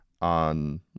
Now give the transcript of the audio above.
on